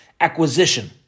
acquisition